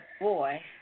boy